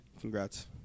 Congrats